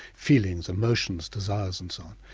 feelings, emotions, desires and so on,